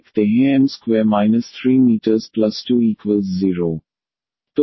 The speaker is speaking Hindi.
तो रूटस 1 और 2 हैं